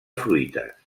fruites